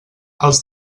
els